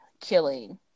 killing